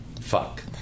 fuck